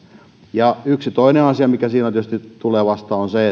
ja toinen asia mikä siinä tulee vastaan on se